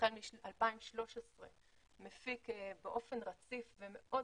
שהחל משנת 2013 מפיק באופן רציף ומאוד